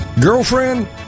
Girlfriend